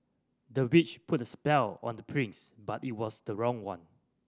the witch put a spell on the prince but it was the wrong one